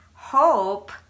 Hope